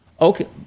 Okay